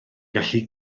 gallu